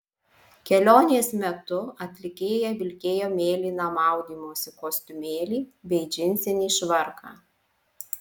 kelionės metu atlikėja vilkėjo mėlyną maudymosi kostiumėlį bei džinsinį švarką